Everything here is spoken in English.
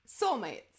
soulmates